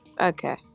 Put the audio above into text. Okay